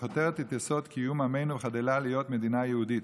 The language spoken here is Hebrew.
וחותרת את יסוד קיום עמנו וחודלת להיות מדינה יהודית".